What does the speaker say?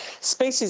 species